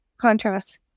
contrast